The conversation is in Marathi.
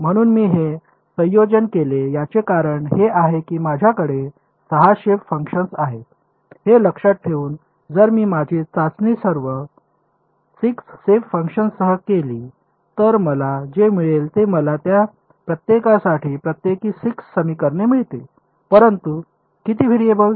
म्हणून मी हे संयोजन केले याचे कारण हे आहे की माझ्याकडे 6 शेप फंक्शन्स आहेत हे लक्षात ठेवून जर मी माझी चाचणी सर्व 6 शेप फंक्शन्ससह केली तर मला जे मिळेल ते मला त्या प्रत्येकासाठी प्रत्येकी 6 समीकरणे मिळतील परंतु किती व्हेरिएबल्स